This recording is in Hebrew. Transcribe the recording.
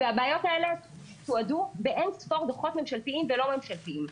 הבעיות האלה תועדו באין ספור דוחות ממשלתיים ולא ממשלתיים.